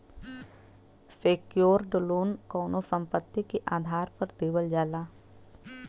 secured loan कउनो संपत्ति के आधार पर देवल जाला